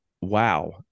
wow